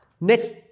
next